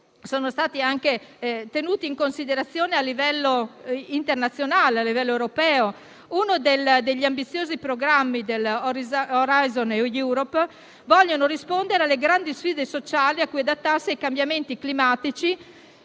sono stati tenuti in considerazione a livello internazionale ed europeo. Uno degli ambiziosi programmi dell'Horizon Europe vuole rispondere alle grandi sfide sociali a cui adattarsi e ai cambiamenti climatici